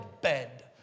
bed